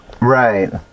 Right